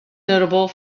notable